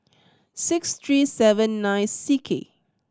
six three seven nine C K